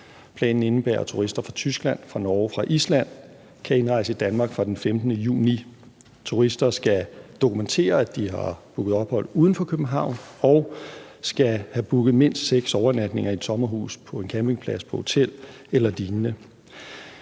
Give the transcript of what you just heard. Planen indebærer, at turister fra Tyskland, Norge og Island kan indrejse i Danmark fra den 15. juni. Turister skal dokumentere, at de har booket ophold uden for København, og skal have booket mindst seks overnatninger i et sommerhus, på en campingplads, på et hotel eller lignende.